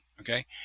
okay